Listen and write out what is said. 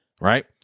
right